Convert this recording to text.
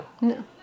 No